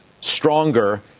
stronger